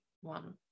one